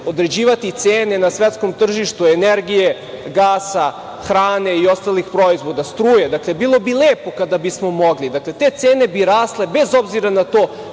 određivati cene na svetskom tržištu energije, gasa, hrane i ostalih proizvoda, struje. Dakle, bilo bi lepo kada bismo mogli, te cene bi rasle bez obzira na to